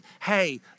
hey